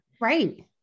Right